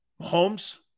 Mahomes